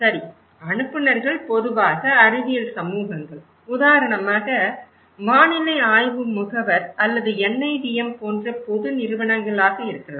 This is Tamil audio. சரி அனுப்புநர்கள் பொதுவாக அறிவியல் சமூகங்கள் உதாரணமாக வானிலை ஆய்வு முகவர் அல்லது NIDM போன்ற பொது நிறுவனங்களாக இருக்கலாம்